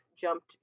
jumped